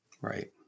Right